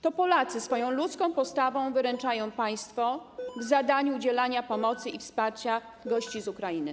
To Polacy swoją ludzką postawą wyręczają państwo w realizacji zadania udzielania pomocy i wsparcia gości z Ukrainy.